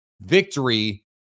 victory